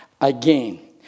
again